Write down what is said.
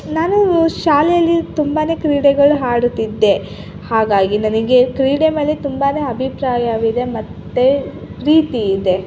ನಾನು ಶಾಲೆಯಲ್ಲಿ ತುಂಬಾ ಕ್ರೀಡೆಗಳು ಆಡುತ್ತಿದ್ದೆ ಹಾಗಾಗಿ ನನಗೆ ಕ್ರೀಡೆ ಮೇಲೆ ತುಂಬಾ ಅಭಿಪ್ರಾಯವಿದೆ ಮತ್ತು ಪ್ರೀತಿಯಿದೆ